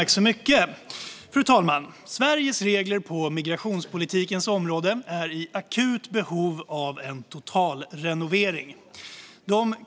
Fru talman! Sveriges regler på migrationspolitikens område är i akut behov av en totalrenovering.